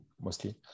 mostly